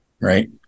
right